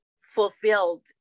fulfilled